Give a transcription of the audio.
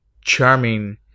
charming